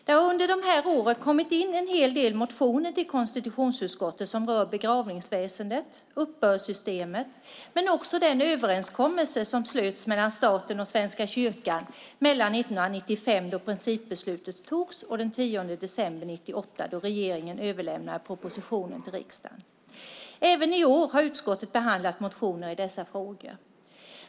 Under de här åren har det kommit in en hel del motioner till konstitutionsutskottet som rör begravningsväsendet, uppbördssystemet och den överenskommelse som slöts mellan staten och Svenska kyrkan mellan 1995, då principbeslutet fattades, och den 10 december 1998, då regeringen överlämnade propositionen till riksdagen. Även i år har utskottet behandlat motioner i dessa frågor.